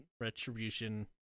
Retribution